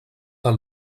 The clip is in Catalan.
del